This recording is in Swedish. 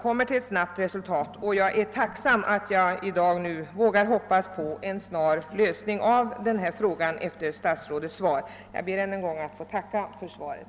Jag önskar ett snabbt resultat, och efter statsrådets svar i dag vågar jag hoppas på en snar lösning av frågan. Jag ber än en gång att få tacka för svaret.